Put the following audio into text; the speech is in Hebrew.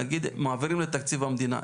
נניח מעבירים לתקציב המדינה,